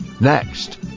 next